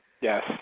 Yes